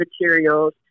materials